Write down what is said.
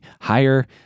higher